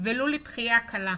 ולו לדחייה קלה.